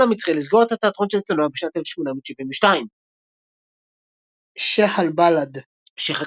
המצרי לסגור את התיאטרון של צנוע בשנת 1872 شيخ البلد - "שייח'